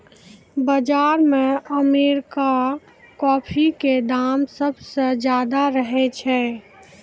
बाजार मॅ arabica coffee के दाम सबसॅ ज्यादा रहै छै